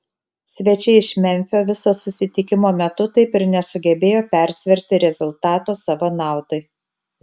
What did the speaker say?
svečiai iš memfio viso susitikimo metu taip ir nesugebėjo persverti rezultato savo naudai